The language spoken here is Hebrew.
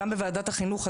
גם בוועדת החינוך,